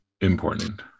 important